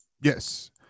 Yes